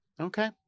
Okay